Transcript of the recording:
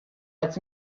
als